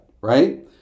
right